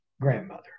grandmother